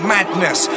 Madness